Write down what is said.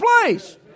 place